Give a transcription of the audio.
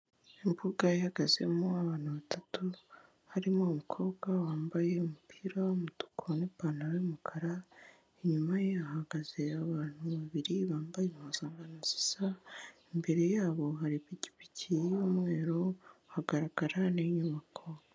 Imbuga ihagazemo abantu batatu harimo umukobwa wambaye umupira w'umutuku n'ipantaro y'umukara, inyuma ye hahagaze abantu babiri bambaye impuzankano zisa, imbere yabo hari ipikipiki y'umweru, hagaragara n'inyubako.